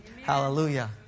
Hallelujah